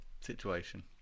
situation